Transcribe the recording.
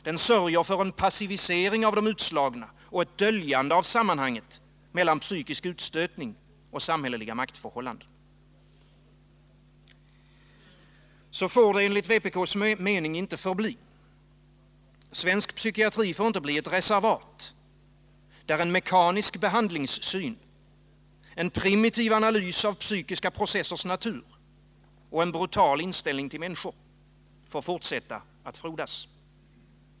Den sörjer för en passivisering av de utslagna och ett döljande av sammanhanget mellan psykisk utstötning och samhälleliga maktförhållanden. Så får det enligt vpk:s mening inte förbli. Svensk psykiatri får inte bli ett reservat, där en mekanisk behandlingssyn, en primitiv analys av psykiska processers natur och en brutal inställning till människor får fortsätta att frodas.